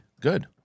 Good